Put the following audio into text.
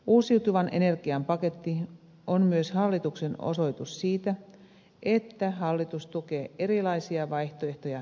uusiutuvan energian paketti on myös hallituksen osoitus siitä että hallitus tukee erilaisia vaihtoehtoja energian tuotannossa